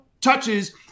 touches